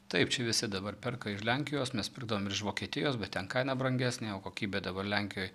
taip čia visi dabar perka iš lenkijos mes pirkdavom ir iš vokietijos bet ten kaina brangesnė o kokybė dabar lenkijoj